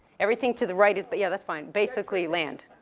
everything to the right is, but yeah, that's fine, basically land.